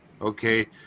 Okay